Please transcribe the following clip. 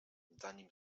zanim